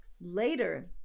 Later